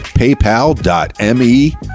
paypal.me